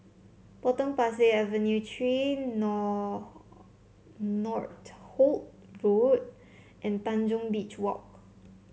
Potong Pasir Avenue Three Nor Northolt Road and Tanjong Beach Walk